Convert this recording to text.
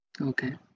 Okay